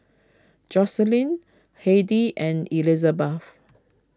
Joycelyn Hedy and Elisabeth